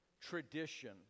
tradition